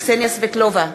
קסניה סבטלובה,